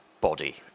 Body